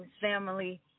family